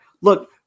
look